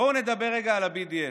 בואו נדבר רגע על ארגון ה-BDS,